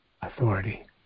authority